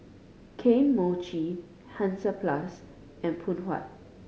Kane Mochi Hansaplast and Phoon Huat